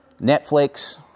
Netflix